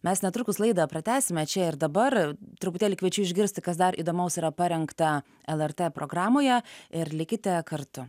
mes netrukus laidą pratęsime čia ir dabar truputėlį kviečiu išgirsti kas dar įdomaus yra parengta lrt programoje ir likite kartu